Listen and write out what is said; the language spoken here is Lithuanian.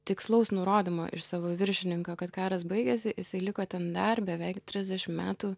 tikslaus nurodymo iš savo viršininko kad karas baigėsi isai liko ten dar beveik trisdešim metų